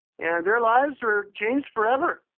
and their lives were changed forever.